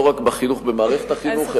לא רק בחינוך במערכת החינוך,